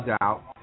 out